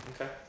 Okay